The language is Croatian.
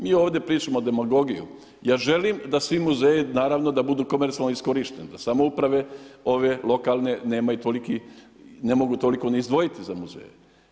Mi ovdje pričamo o demagogiji, ja želim da svi muzeji, naravno da budu komercijalno iskorišteni, da samouprave, ove lokalne nemaju toliki, ne mogu toliki ni izdvojiti za muzeje.